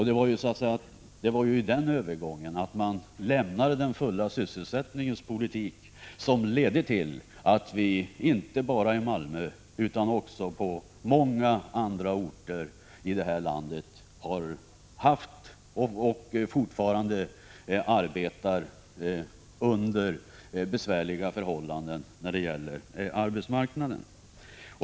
Det var denna övergång, från den fulla sysselsättningens politik, som ledde till att man inte bara i Malmö utan också på många andra orter i detta land har haft och fortfarande arbetar under besvärliga förhållanden på arbetsmarknaden.